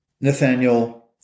Nathaniel